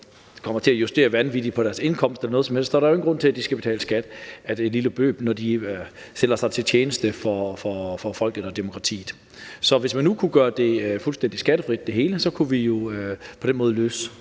folk skal justere vanvittigt på deres indkomst eller noget som helst, og der er jo ikke nogen grund til, at de skal betale skat af det lille beløb, når de melder sig til tjeneste for folket og demokratiet. Hvis man nu kunne gøre det hele fuldstændig skattefrit, kunne vi på den måde løse